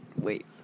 wait